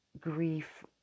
grief